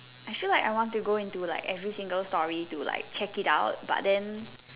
I feel like I want to go into like every single story to like check it out but then